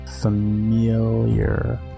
familiar